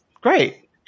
great